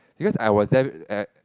because I was there at